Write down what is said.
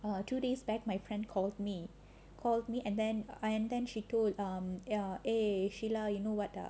err two days back my friend called me call me and then I and then she told um eh sheila you know [what] ah